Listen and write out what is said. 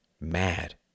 mad